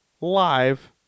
Live